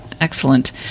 Excellent